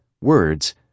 words